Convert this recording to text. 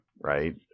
right